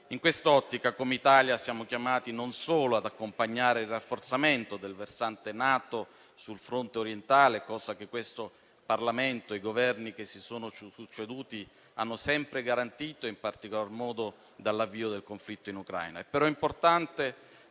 In quest'ottica, come Italia siamo chiamati ad accompagnare il rafforzamento del versante NATO sul fronte orientale, cosa che questo Parlamento e i Governi che si sono succeduti hanno sempre garantito, in particolar modo dall'avvio del conflitto in Ucraina.